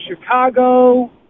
Chicago